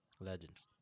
legends